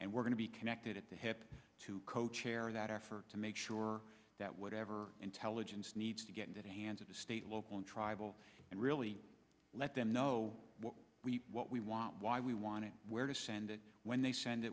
and we're going to be connected at the hip to co chair of that effort to make sure that whatever intelligence needs to get into the hands of the state local tribal and really let them know what we what we want why we want it where to send it when they send it